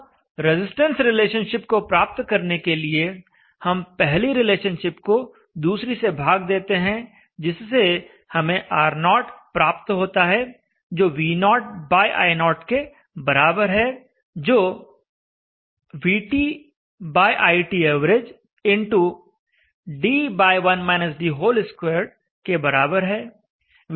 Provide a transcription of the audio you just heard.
अब resistance relationship को प्राप्त करने के लिए हम पहली रिलेशनशिप को दूसरी से भाग देते हैं जिससे हमें R0 प्राप्त होता है जो V0I0 के बराबर है जो VTiTavxd2 के बराबर है